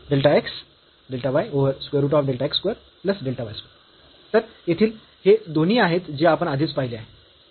तर येथील हे दोन्ही आहेत जे आपण आधीच पाहिले आहे